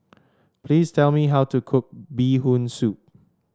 please tell me how to cook Bee Hoon Soup